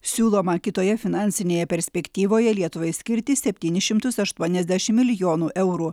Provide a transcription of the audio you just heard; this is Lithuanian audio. siūloma kitoje finansinėje perspektyvoje lietuvai skirti septynis šimtus aštuoniasdešim milijonų eurų